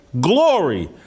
glory